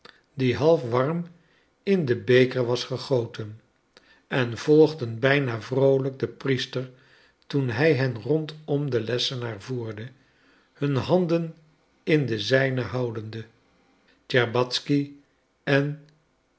die half warm in den beker was gegoten en volgden bijna vroolijk den priester toen hij hen rondom den lessenaar voerde hun handen in de zijne houdende tscherbatzky en